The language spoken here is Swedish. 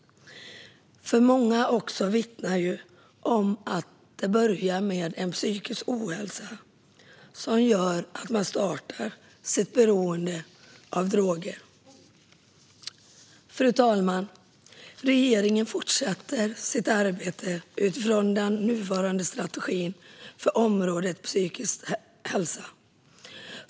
Många vittnar ju om att det börjar med psykisk ohälsa, som gör att man startar sitt beroende av droger. Fru talman! Regeringen fortsätter sitt arbete utifrån den nuvarande strategin för området psykisk hälsa.